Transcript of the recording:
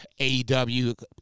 AEW